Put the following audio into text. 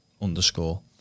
underscore